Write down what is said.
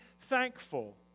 thankful